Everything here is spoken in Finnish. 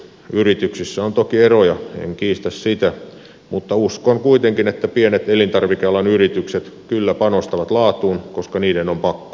yrityksissä on toki eroja en kiistä sitä mutta uskon kuitenkin että pienet elintarvikealan yritykset kyllä panostavat laatuun koska niiden on pakko